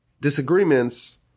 disagreements